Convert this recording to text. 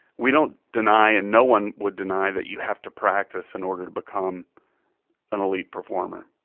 we don't deny, and no one would deny, that you have to practice in order to become an elite performer.